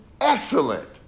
Excellent